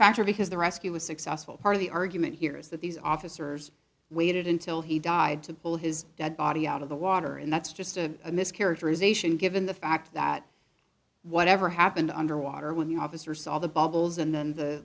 factor because the rescue was successful part of the argument here is that these officers waited until he died to pull his dead body out of the water and that's just a mischaracterization given the fact that whatever happened underwater when the officer saw the bubbles and then the